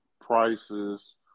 prices